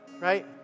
right